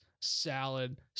salad